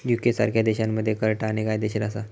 UK सारख्या देशांमध्ये कर टाळणे कायदेशीर असा